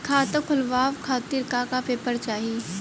खाता खोलवाव खातिर का का पेपर चाही?